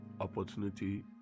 opportunity